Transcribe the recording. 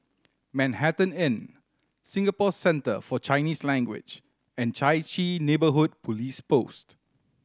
Manhattan Inn Singapore Centre For Chinese Language and Chai Chee Neighbourhood Police Post